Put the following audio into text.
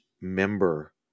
member